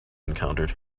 encountered